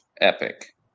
epic